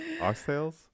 oxtails